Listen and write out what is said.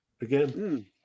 Again